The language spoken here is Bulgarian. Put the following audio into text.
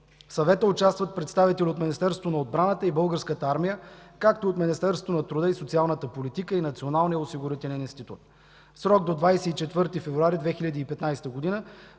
В Съвета участват представители от Министерството на отбраната и Българската армия, както от Министерството на труда и социалната политика и Националния осигурителен институт. В срок до 24 февруари 2015 г.